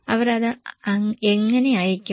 അവർ അത് എങ്ങനെ അയയ്ക്കും